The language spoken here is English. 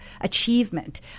achievement